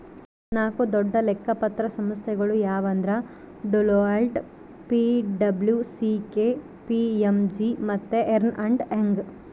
ನಾಕು ದೊಡ್ಡ ಲೆಕ್ಕ ಪತ್ರ ಸಂಸ್ಥೆಗುಳು ಯಾವಂದ್ರ ಡೆಲೋಯ್ಟ್, ಪಿ.ಡಬ್ಲೂ.ಸಿ.ಕೆ.ಪಿ.ಎಮ್.ಜಿ ಮತ್ತೆ ಎರ್ನ್ಸ್ ಅಂಡ್ ಯಂಗ್